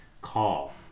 call